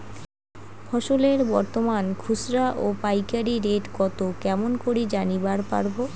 ফসলের বর্তমান খুচরা ও পাইকারি রেট কতো কেমন করি জানিবার পারবো?